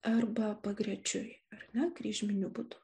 arba pagrečiui na kryžminiu būdu